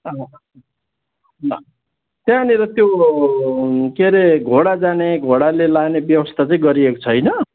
ल त्यहाँनिर त्यो के रे घोडा जाने घोडाले लाने व्यवस्था चाहिँ गरिएको छैन